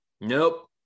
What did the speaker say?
nope